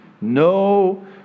no